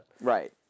Right